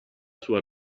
sua